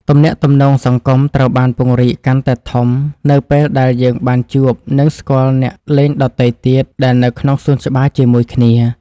ទំនាក់ទំនងសង្គមត្រូវបានពង្រីកកាន់តែធំនៅពេលដែលយើងបានជួប និងស្គាល់អ្នកលេងដទៃទៀតដែលនៅក្នុងសួនច្បារជាមួយគ្នា។